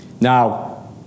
Now